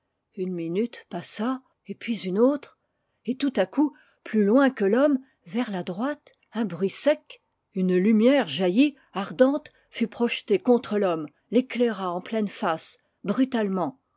une minute passa et puis une autre et tout à coup plus loin que l'homme vers la droite un bruit sec une lumière jaillit ardente fut projetée contre l'homme l'éclaira en pleine face brutalement